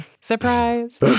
Surprise